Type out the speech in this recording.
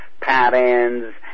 patterns